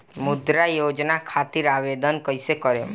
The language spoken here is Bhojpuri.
मुद्रा योजना खातिर आवेदन कईसे करेम?